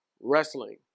wrestling